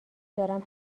دارم